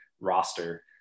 roster